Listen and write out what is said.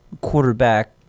quarterback